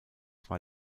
war